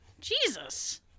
Jesus